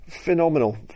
phenomenal